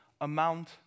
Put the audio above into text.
Amount